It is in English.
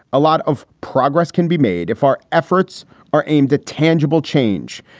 a lot of progress can be made if our efforts are aimed at tangible change,